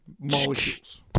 Molecules